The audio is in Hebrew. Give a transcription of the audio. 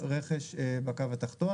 הרכש מוצג בקו הכחול התחתון.